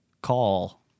call